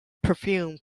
perfume